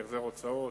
החזר הוצאות,